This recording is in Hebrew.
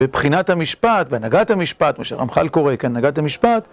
בבחינת המשפט, בהנהגת המשפט, מה שרמח"ל קורא כהנהגת המשפט.